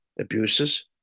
abuses